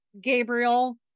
gabriel